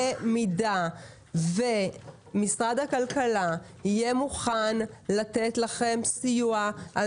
במידה ומשרד הכלכלה יהיה מוכן לתת לכם סיוע על